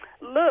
Look